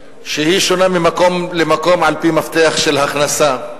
שהיא שונה ממקום למקום על-פי מפתח של הכנסה.